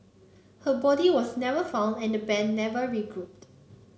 her body was never found and the band never regrouped